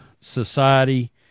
society